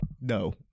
No